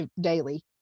daily